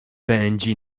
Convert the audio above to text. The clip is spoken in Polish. pędzi